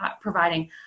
providing